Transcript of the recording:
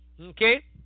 Okay